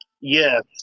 Yes